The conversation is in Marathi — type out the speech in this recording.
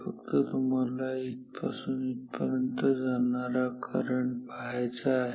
फक्त तुम्हाला इथपासून इथपर्यंत जाणारा करंट पाहायचा आहे